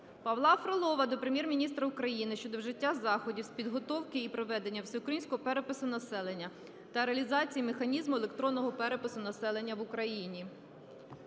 Павла Фролова до Прем'єр-міністра України щодо вжиття заходів з підготовки і проведення Всеукраїнського перепису населення та реалізації механізму електронного перепису населення в Україні.